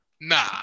Nah